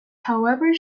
however